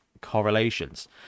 correlations